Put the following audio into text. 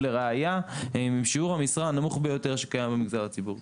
ולראיה: הם עם שיעור המשרה הנמוך ביותר שקיים במגזר הציבורי.